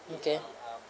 okay